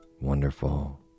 wonderful